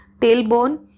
tailbone